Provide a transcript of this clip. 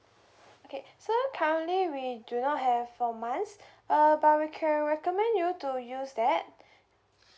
okay so currently we do not have four months uh but we can recommend you to use that